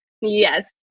Yes